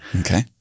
Okay